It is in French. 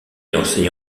enseigne